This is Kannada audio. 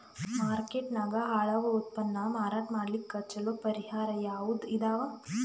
ಮಾರ್ಕೆಟ್ ನಾಗ ಹಾಳಾಗೋ ಉತ್ಪನ್ನ ಮಾರಾಟ ಮಾಡಲಿಕ್ಕ ಚಲೋ ಪರಿಹಾರ ಯಾವುದ್ ಇದಾವ?